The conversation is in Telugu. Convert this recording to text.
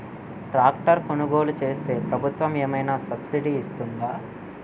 ట్రాక్టర్ కొనుగోలు చేస్తే ప్రభుత్వం ఏమైనా సబ్సిడీ ఇస్తుందా?